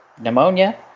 pneumonia